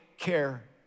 care